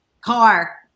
Car